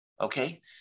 okay